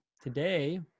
Today